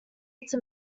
its